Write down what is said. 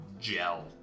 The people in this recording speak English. gel